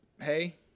hey